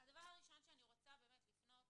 דבר ראשון, אני רוצה לפנות